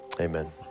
amen